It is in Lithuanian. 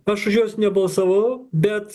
aš už juos nebalsavau bet